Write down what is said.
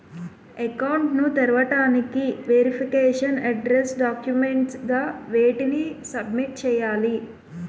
Account ను తెరవటానికి verification address documents గా వేటిని సబ్మిట్ చేయాలి?